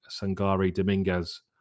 Sangari-Dominguez